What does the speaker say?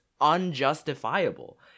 unjustifiable